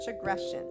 aggression